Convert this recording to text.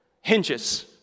hinges